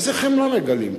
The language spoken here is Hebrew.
איזה חמלה מגלים פה?